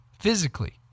Physically